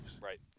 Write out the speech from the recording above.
Right